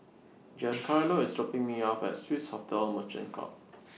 Giancarlo IS dropping Me off At Swiss Hotel Merchant Court